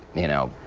you know,